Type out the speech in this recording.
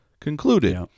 concluded